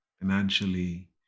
financially